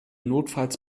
notfalls